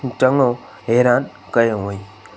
चङो हैरान कयो हुअईं